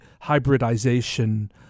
hybridization